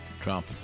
Trump